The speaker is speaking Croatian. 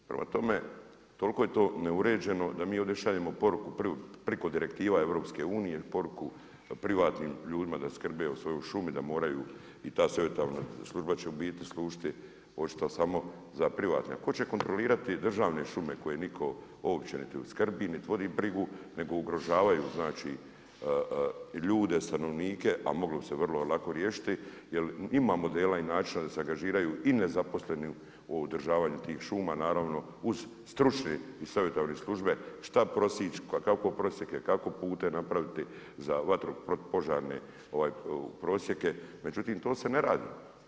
Prema tome, toliko je to neuređeno, da mi ovdje šaljemo poruku preko direktiva EU-a, poruku privatnim ljudima da skrbe o svojoj šumi, i ta savjetodavna služba će u biti služiti, očito samo za privatne, a tko će kontrolirati državne pume koje nitko uopće niti skrbi nit vodi brigu nego ugrožavaju ljude, stanovnike, a moglo bi se vrlo riješiti jer imamo modela i načina da se angažiraju i nezaposleni u održavanju tih šuma, naravno uz stručne i savjetodavne službe, šta prosjeći, kako prosjeke, kakve pute napraviti, za vatru, protupožarne prosjeke, međutim to se ne radi.